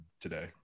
today